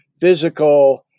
physical